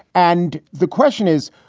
and the question is,